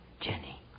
Jenny